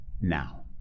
now